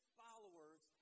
followers